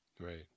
Right